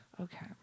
okay